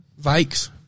Vikes